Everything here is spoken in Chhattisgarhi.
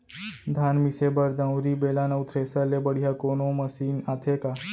धान मिसे बर दंवरि, बेलन अऊ थ्रेसर ले बढ़िया कोनो मशीन आथे का?